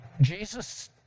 Jesus